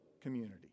community